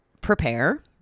prepare